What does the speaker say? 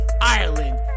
Ireland